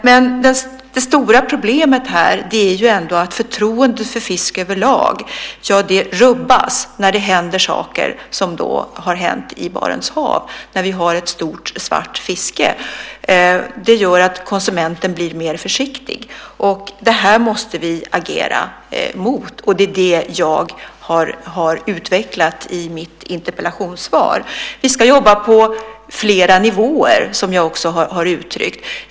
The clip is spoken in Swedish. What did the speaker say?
Men det stora problemet här är ändå att förtroendet för fisk överlag rubbas när det händer sådana saker som har hänt i Barents hav när vi har ett stort svartfiske. Det gör att konsumenten blir mer försiktig. Detta måste vi agera mot. Och det är det som jag har utvecklat i mitt interpellationssvar. Vi ska jobba på flera nivåer, vilket jag också har uttryckt.